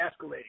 escalating